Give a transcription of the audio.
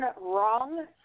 Wrong